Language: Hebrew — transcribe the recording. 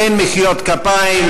אין מחיאות כפיים,